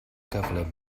gyflym